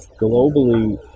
Globally